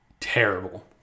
terrible